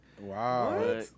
Wow